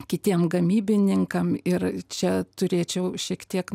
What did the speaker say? kitiem gamybininkam ir čia turėčiau šiek tiek